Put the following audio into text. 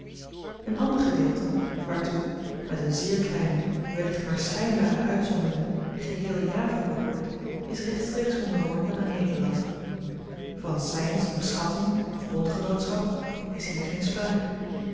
een ander gedeelte waartoe met een zeer kleine wellicht maar schynbare uitzondering geheel java behoort is rechtstreeks onderworpen aan nederland van cyns of schatting of bondgenootschap is hier geen spraak